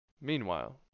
Meanwhile